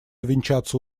увенчаться